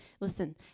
Listen